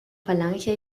falange